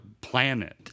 planet